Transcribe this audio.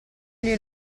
gli